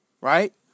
right